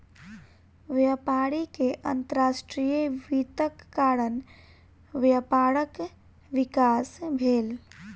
व्यापारी के अंतर्राष्ट्रीय वित्तक कारण व्यापारक विकास भेल